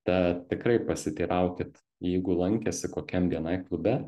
tad tikrai pasiteiraukit jeigu lankėsi kokiam bni klube